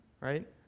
right